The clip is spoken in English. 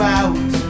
out